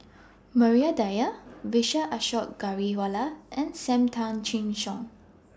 Maria Dyer Vijesh Ashok Ghariwala and SAM Tan Chin Siong